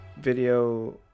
video